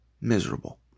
Miserable